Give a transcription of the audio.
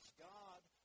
God